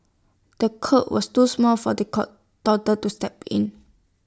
the cot was too small for the cot toddler to step in